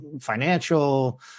financial